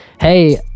Hey